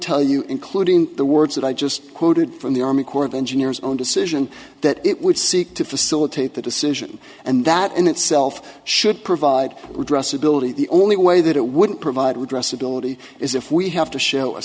tell you including the words that i just quoted from the army corps of engineers own decision that it would seek to facilitate the decision and that in itself should provide redress ability the only way that it wouldn't provide rest ability is if we have to show a